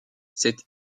cette